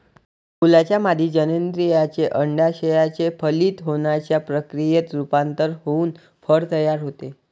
फुलाच्या मादी जननेंद्रियाचे, अंडाशयाचे फलित होण्याच्या प्रक्रियेत रूपांतर होऊन फळ तयार होते